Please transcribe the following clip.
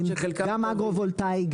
גם אגרו-וולטאי,